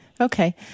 Okay